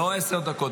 לא עשר דקות,